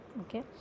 okay